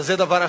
וזה דבר אחד.